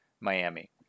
Miami